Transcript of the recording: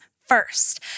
first